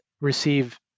receive